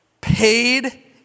Paid